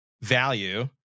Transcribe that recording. value